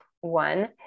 one